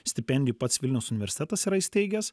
stipendijų pats vilniaus universitetas yra įsteigęs